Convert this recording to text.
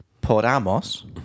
podamos